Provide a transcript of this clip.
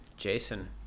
Jason